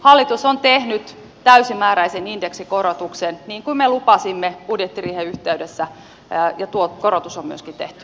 hallitus on tehnyt täysimääräisen indeksikorotuksen niin kuin me lupasimme budjettiriihen yhteydessä ja tuo korotus on myöskin tehty